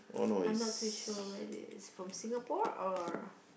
I'm not too sure where this is from Singapore or